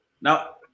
Now